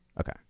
Okay